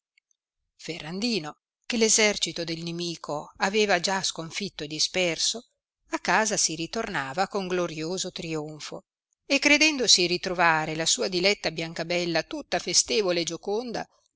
ferrandino che l'essercito del nimico aveva già sconfìtto e disperso a casa si ritornava con glorioso trionfo e credendosi ritrovare la sua diletta biancabella tutta festevole e gioconda